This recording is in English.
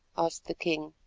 asked the king.